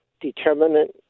determinant